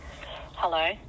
Hello